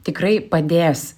tikrai padės